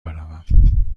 بروم